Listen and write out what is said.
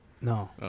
No